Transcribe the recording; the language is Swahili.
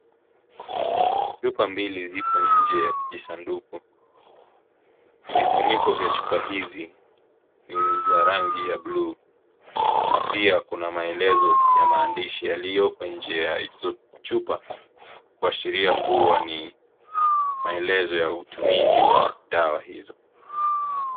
Chupa mbili zipo nje ya kijisanduku. Vifuniko vya chupa hizi ni za rangi ya blue na pia kuna maelezo ya maandishi yaliyoko nje ya hizo chupa, kuashiria kuwa ni maelezo ya utumizi ya dawa hizo.